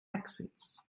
exits